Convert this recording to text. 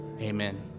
Amen